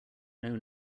know